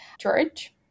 George